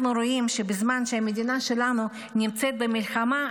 אנחנו רואים שבזמן שהמדינה שלנו נמצאת במלחמה,